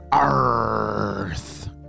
Earth